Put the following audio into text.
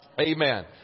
Amen